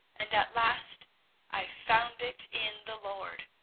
and at last i found it in the lord.